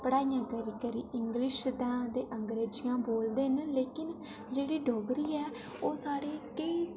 पढ़ाइयां करी करी इंगलिश ते अंग्रेजियां बोलदे न लेकिन जेह्ड़ी डोगरी ऐ ओह् साढ़े ताईं